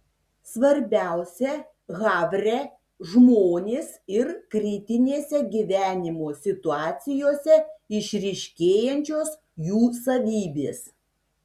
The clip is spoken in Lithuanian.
svarbiausia havre žmonės ir kritinėse gyvenimo situacijose išryškėjančios jų savybės